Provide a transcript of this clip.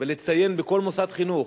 ולציין בכל מוסד חינוך,